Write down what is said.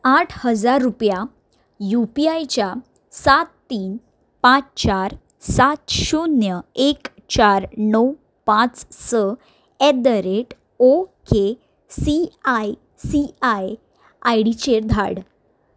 आठ हजार रुपया यूपीआयच्या सात तीन पांच चार सात शुन्य एक चार णव पांच स at the rate okay C I C I आयडीचेर धाड